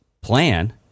plan